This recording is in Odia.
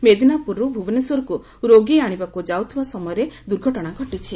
ମେଦିନାପୁରରୁ ଭୁବନେଶ୍ୱରକୁ ରୋଗୀ ଆଶିବାକୁ ଯାଉଥିବା ସମୟରେ ଏହି ଦୁର୍ଘଯଣା ଘଟିଥିଲା